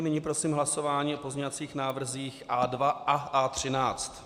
Nyní prosím hlasování o pozměňovacích návrzích A2 a A13.